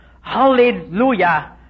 Hallelujah